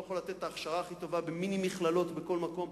יכול לתת את ההכשרה הכי טובה במיני מכללות בכל מקום.